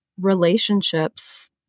relationships